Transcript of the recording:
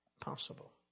possible